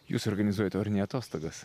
jūs organizuojate orniatostogas